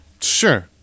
Sure